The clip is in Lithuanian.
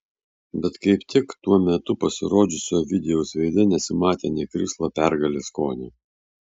bet kaip tik tuo metu pasirodžiusio ovidijaus veide nesimatė nė krislo pergalės skonio